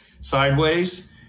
sideways